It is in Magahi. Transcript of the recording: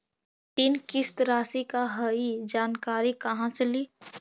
ऋण किस्त रासि का हई जानकारी कहाँ से ली?